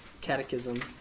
Catechism